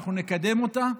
אנחנו נקדם אותה,